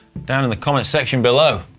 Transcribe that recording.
down in the comment section below.